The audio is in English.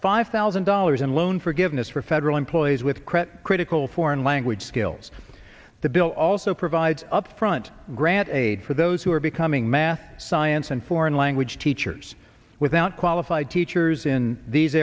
five thousand dollars in loan forgiveness for federal employees with credit critical foreign language skills the bill also provides upfront grant aid for those who are becoming math science and foreign language teachers without qualified teachers in these